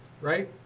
right